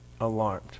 alarmed